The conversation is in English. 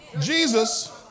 Jesus